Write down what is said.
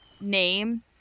name